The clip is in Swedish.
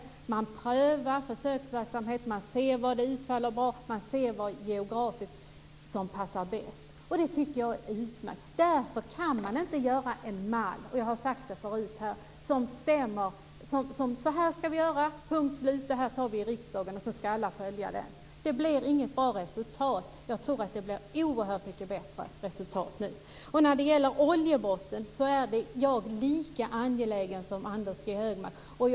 Man prövar försöksverksamhet, ser var den utfaller bra och ser vad som geografiskt passar bäst. Det tycker jag är utmärkt. Därför kan man inte göra en mall, som jag har sagt här förut. Man kan inte säga: Så här ska vi göra, punkt slut. Det fattar vi beslut om i riksdagen, och sedan ska alla följa det. Det blir inte något bra resultat av det. Jag tror att det nu blir ett oerhört mycket bättre resultat. När det gäller brottet oljeutsläpp är jag lika angelägen som Anders G Högmark.